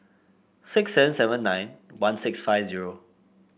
six seven seven nine one six five zero